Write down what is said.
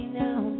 now